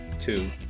two